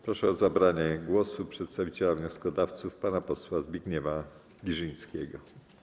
Proszę o zabranie głosu przedstawiciela wnioskodawców pana posła Zbigniewa Girzyńskiego.